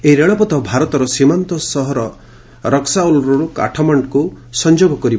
ଏହି ରେଳପଥ ଭାରତର ସୀମାନ୍ତ ସହର ରକ୍ସାଉଲ୍ରୁ କାଠମାଣ୍ଡୁକୁ ସଂଯୋଗ କରିବ